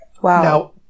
Wow